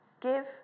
Give